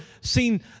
seen